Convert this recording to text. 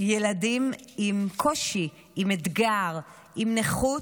ילדים עם קושי, עם אתגר, עם נכות,